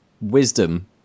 wisdom